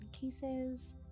cases